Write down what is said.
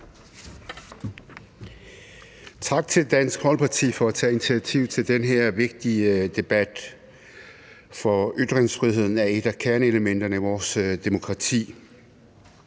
Tak til Dansk Folkeparti for at tage initiativet til den her vigtige debat, for ytringsfriheden er et af kerneelementerne i vores demokrati.